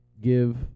give